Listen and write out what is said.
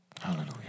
Hallelujah